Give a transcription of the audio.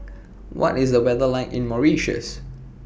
What IS The weather like in Mauritius